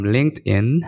LinkedIn